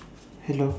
hello